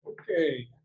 Okay